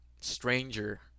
stranger